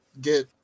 get